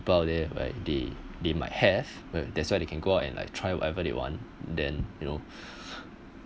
people out there like they they might have that's why they can go out and like try whatever they want then you know